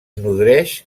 nodreix